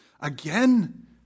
again